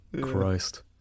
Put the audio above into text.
Christ